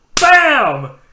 BAM